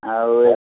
ଆଉ